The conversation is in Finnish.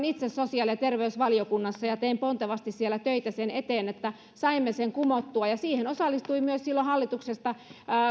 itse silloin sosiaali ja terveysvaliokunnassa ja tein pontevasti siellä töitä sen eteen että saimme sen kumottua ja siihen osallistui silloin myös hallituksesta